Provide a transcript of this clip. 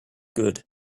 good